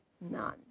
none